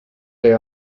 they